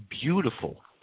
beautiful